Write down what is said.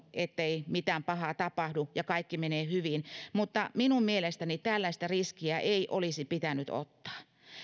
ettei mitään pahaa tapahdu ja kaikki menee hyvin mutta minun mielestäni tällaista riskiä ei olisi pitänyt ottaa